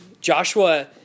Joshua